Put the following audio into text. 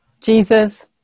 Jesus